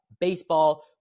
baseball